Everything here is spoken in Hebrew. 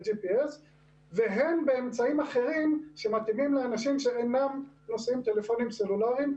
GPS והן באמצעים אחרים שמתאימים לאנשים שאינם נושאים טלפונים סלולרים,